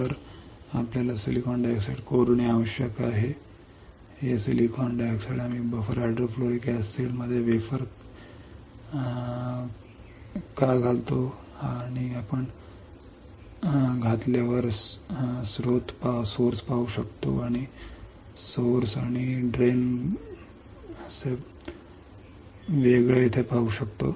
तर आपल्याला silicon dioxide खोदणे आवश्यक आहे हे सिलिकॉन डायऑक्साइड आम्ही बफर हायड्रोफ्लोरिक acidसिडमध्ये वेफर का घालतो हे आपण खोदू शकतो आणि आपण स्त्रोत पाहू शकता आणि स्त्रोत पाहू शकता आणि येथेच ड्रेन करू शकता